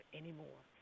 anymore